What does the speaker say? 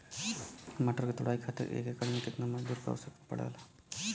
मटर क तोड़ाई खातीर एक एकड़ में कितना मजदूर क आवश्यकता पड़ेला?